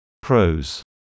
Pros